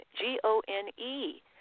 G-O-N-E